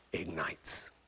Ignites